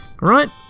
Right